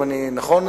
נכון,